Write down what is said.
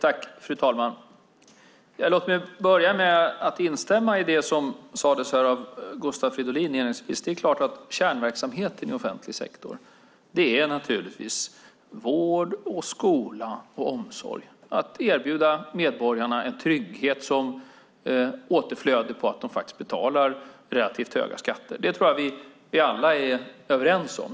Fru talman! Låt mig börja med att instämma i det som sades här av Gustav Fridolin inledningsvis. Det är klart att kärnverksamhet i den offentliga sektorn naturligtvis är vård, skola och omsorg; att erbjuda medborgarna en trygghet som återflöde för att de faktiskt betalar relativt höga skatter. Det tror jag att vi alla är överens om.